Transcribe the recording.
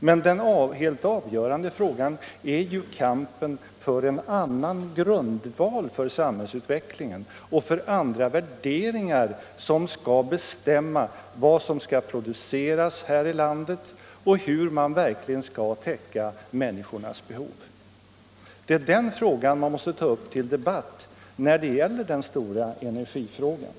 Men den allt avgörande frågan är ju kampen för en annan grundval för samhällsutvecklingen och för andra värderingar som skall bestämma vad som skall produceras här i landet och hur man verkligen skall täcka människornas behov. Det är den saken man måste ta upp till debatt när det gäller den stora energifrågan.